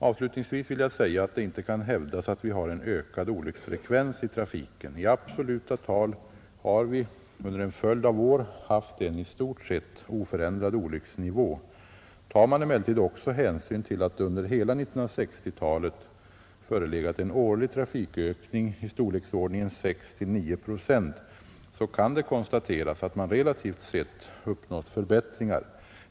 Avslutningsvis vill jag säga, att det inte kan hävdas att vi har en ökad olycksfrekvens i trafiken. I absoluta tal har vi under en följd av år haft en i stort sett oförändrad olycksnivå. Tar man emellertid också hänsyn till att det under hela 1960-talet förelegat en årlig trafikökning i storleksordningen 6—9 procent, så kan det konstateras att man relativt sett uppnått förbättringar.